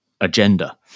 agenda